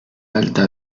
alta